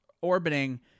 orbiting